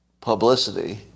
publicity